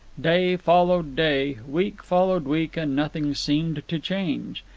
day followed day, week followed week, and nothing seemed to change.